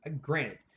granted